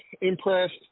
impressed